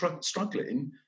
struggling